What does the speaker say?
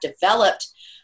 developed